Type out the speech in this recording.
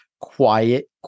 quiet